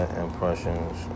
impressions